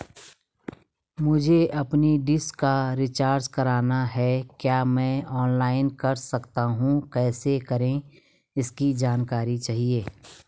मुझे अपनी डिश का रिचार्ज करना है क्या मैं ऑनलाइन कर सकता हूँ कैसे करें इसकी जानकारी चाहिए?